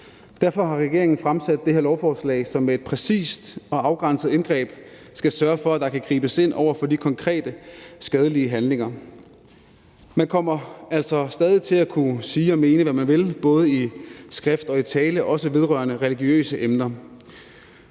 Derfor har regeringen fremsat det her lovforslag, som med et præcist og afgrænset indgreb skal sørge for, at der kan gribes ind over for de konkrete skadelige handlinger. Man kommer altså stadig til at kunne sige og mene, hvad man vil, både i skrift og i tale, også om religiøse emner.